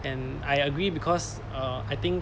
and I agree because err I think